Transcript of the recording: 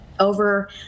Over